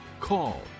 call